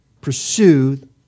pursue